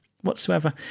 whatsoever